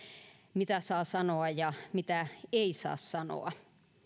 mitä saa sanoa ja mitä ei saa sanoa